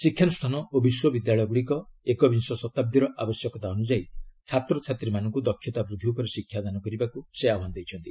ଶିକ୍ଷାନୁଷ୍ଠାନ ଓ ବିଶ୍ୱବିଦ୍ୟାଳୟଗୁଡ଼ିକ ଏକବିଂଶ ଶତାବ୍ଦୀର ଆବଶ୍ୟକତା ଅନୁଯାୟୀ ଛାତ୍ରଛାତ୍ରୀମାନଙ୍କୁ ଦକ୍ଷତା ବୃଦ୍ଧି ଉପରେ ଶିକ୍ଷା ଦେବାକୁ ସେ ଆହ୍ବାନ ଦେଇଛନ୍ତି